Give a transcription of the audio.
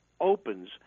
opens